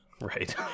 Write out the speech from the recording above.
right